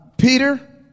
Peter